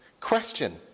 question